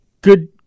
Good